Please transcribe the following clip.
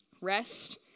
Rest